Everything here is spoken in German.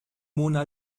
mona